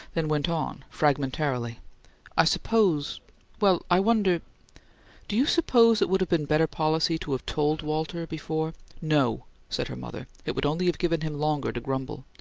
then went on, fragmentarily i suppose well, i wonder do you suppose it would have been better policy to have told walter before no, said her mother. it would only have given him longer to grumble.